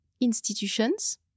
institutions